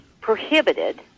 prohibited